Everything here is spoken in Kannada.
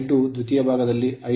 I2 ದ್ವಿತೀಯ ಭಾಗದಲ್ಲಿದೆ